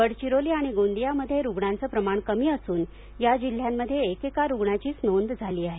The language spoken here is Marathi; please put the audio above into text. गडचिरोली आणि गोंदियामध्ये रुग्णांचं प्रमाण कमी असून या जिल्ह्यांमध्ये एकेका रुग्णाचीच नोद झाली आहे